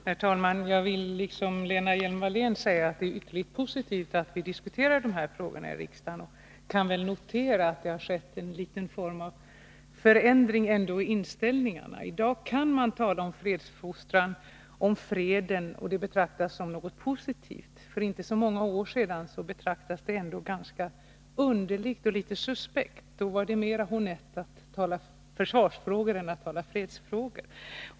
Herr talman! Jag vill, liksom Lena Hjelm-Wallén, säga att det är ytterligt positivt att vi diskuterar dessa frågor här i riksdagen. Jag noterar att det skett en liten förändring i inställningarna. I dag kan man tala om fredsfostran, om freden, och det betraktas som något positivt. För inte så många år sedan betraktades det som ganska underligt och litet suspekt. Då var det mera honnett att tala försvarsfrågor än att tala fredsfrågor.